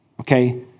okay